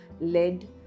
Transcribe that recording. lead